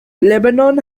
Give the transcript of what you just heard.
lebanon